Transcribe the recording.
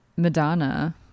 Madonna